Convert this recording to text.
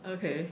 okay